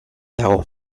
dago